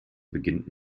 beginnt